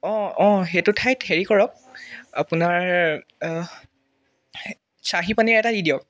অঁ অঁ সেইটো ঠাইত হেৰি কৰক আপোনাৰ শ্বাহি পানীৰ এটা দি দিয়ক